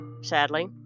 sadly